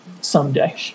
someday